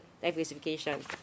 diversification